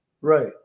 Right